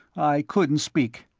i couldn't speak.